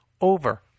over